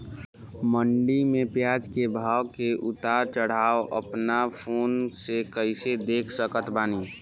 मंडी मे प्याज के भाव के उतार चढ़ाव अपना फोन से कइसे देख सकत बानी?